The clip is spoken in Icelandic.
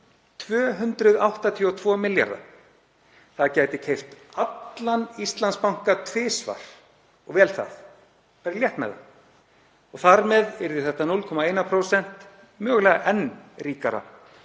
lok árs 2019. Það gæti keypt allan Íslandsbanka tvisvar og vel það, færi létt með það. Þar með yrði þetta 0,1% mögulega enn ríkara